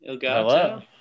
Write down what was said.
Hello